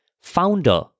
founder